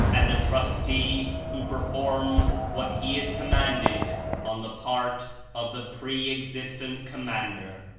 and the trustee who performs what he is commanded on the part of the pre-existent commander.